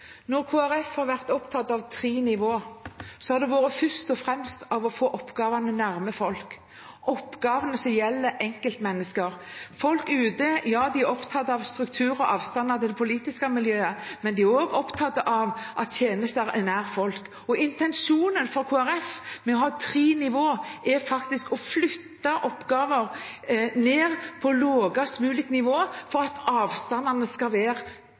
Når Kristelig Folkeparti har vært opptatt av tre nivåer, har det først og fremst vært for å få oppgavene nær folk, oppgavene som gjelder enkeltmennesker. Folk ute er opptatt av struktur og av avstander til det politiske miljøet, men de er også opptatt av at tjenester er nær folk. Kristelig Folkepartis intensjon med å ha tre nivåer er å flytte oppgaver ned på lavest mulig nivå, slik at avstandene skal være